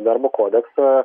darbo kodeksą